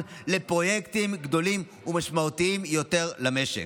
לפרויקטים גדולים ומשמעותיים יותר למשק.